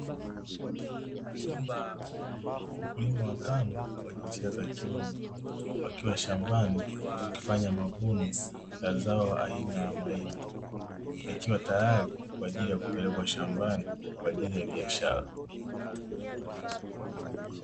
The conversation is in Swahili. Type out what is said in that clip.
Wakulima watano wa jinsia ya kiume wakiwa shambani wakifanya mavuno ya zao aina ya mahindi, yakiwa tayari kwa ajili ya kupelekwa shambani kwa ajili ya biashara.